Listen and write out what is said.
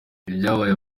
ibyabaye